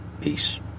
Peace